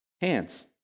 hands